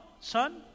son